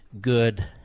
good